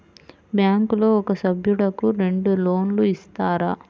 బ్యాంకులో ఒక సభ్యుడకు రెండు లోన్లు ఇస్తారా?